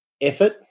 effort